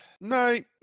Night